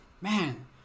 man